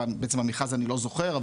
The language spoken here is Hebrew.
בעצם המכרז אני לא זוכר,